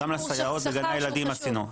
וגם לסייעות ולגני הילדים עשינו,